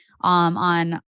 on